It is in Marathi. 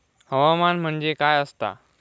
हवामान म्हणजे काय असता?